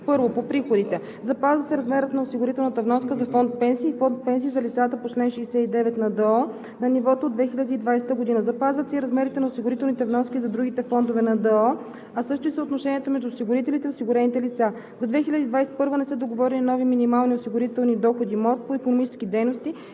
1. По приходите: - Запазва се размерът на осигурителната вноска за фонд „Пенсии“ и фонд „Пенсии за лицата по чл. 69“ на ДОО на нивото от 2020 г. Запазват се и размерите на осигурителните вноски за другите фондове на ДОО, а също и съотношенията между осигурителите и осигурените лица. - За 2021 г. не са договорени нови минимални осигурителни доходи – МОД, по икономически дейности